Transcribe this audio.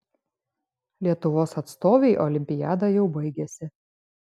lietuvos atstovei olimpiada jau baigėsi